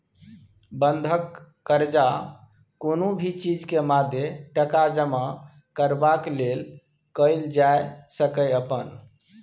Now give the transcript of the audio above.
बंधक कर्जा कुनु भी चीज के मादे टका जमा करबाक लेल कईल जाइ सकेए अपन